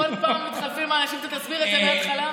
אז כל פעם שמתחלפים אנשים אתה תסביר את זה מהתחלה?